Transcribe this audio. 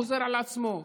חוזר על עצמו,